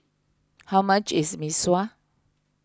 how much is Mee Sua